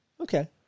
okay